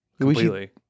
Completely